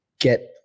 get